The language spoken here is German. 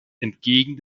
entgegen